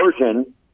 version